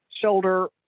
shoulder